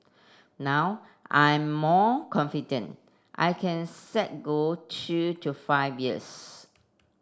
now I'm more confident I can set goal two to five years